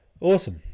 Awesome